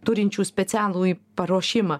turinčių specialųjį paruošimą